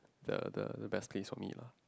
the the the best place for me lah